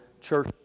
church